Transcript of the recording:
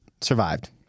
survived